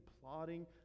plotting